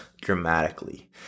dramatically